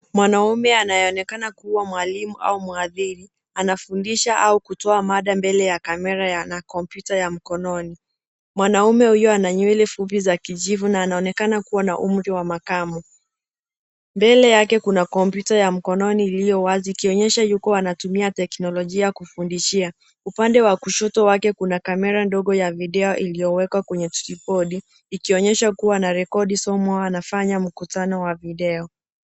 Mwanaume anayeonekana kuwa mwalimu au mwadhiri anafundisha au kutoa mada mbele ya kamera na kompyuta ya mkononi. Mwanaume huyo ana nywele fupi za kijivu na anaonekana kuwa na umri wa makamu. Mbele yake kuna kompyuta ya mkononi iliyo wazi ikionyesha yuko anatumia teknolijia kufundishia. Upande wa kushoto wake kuna kamera ndogo ya video iliyowekwa kwenye tripodi ikionyesha kuwa anarekodi somo au anafanya mkutano wa video.